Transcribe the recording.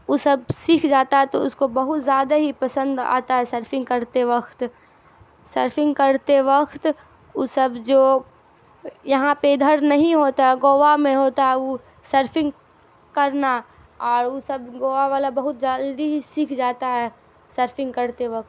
اس سب سیکھ جاتا ہے تو اس کو بہت زیادہ ہی پسند آتا ہے سرفنگ کرتے وقت سرفنگ کرتے وقت اس سب جو یہاں پہ ادھر نہیں ہوتا ہے گوا میں ہوتا ہے او سرفنگ کرنا اور او سب گوا والا بہت جلدی ہی سیکھ جاتا ہے سرفنگ کرتے وقت